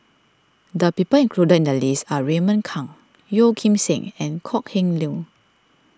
the people included in the list are Raymond Kang Yeo Kim Seng and Kok Heng Leun